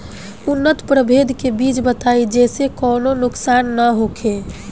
उन्नत प्रभेद के बीज बताई जेसे कौनो नुकसान न होखे?